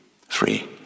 Free